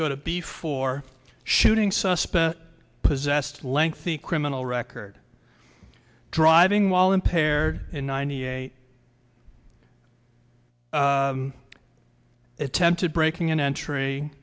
go to before shooting suspect possessed lengthy criminal record driving while impaired in ninety eight attempted breaking and ent